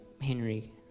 Henry